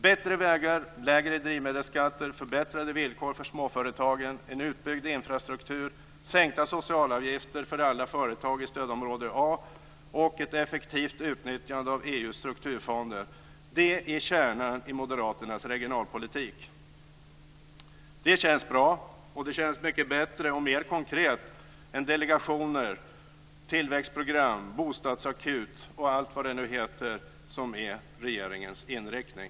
Bättre vägar, lägre drivmedelsskatter, förbättrade villkor för småföretagen, en utbyggd infrastruktur, sänkta socialavgifter för alla företag i stödområde A och ett effektivt utnyttjande av EU:s strukturfonder är kärnan i moderaternas regionalpolitik. Det känns bra, och det känns mycket bättre och mer konkret än delegationer, tillväxtprogram, bostadsakut och allt vad det nu heter som är regeringens inriktning.